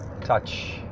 touch